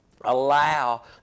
allow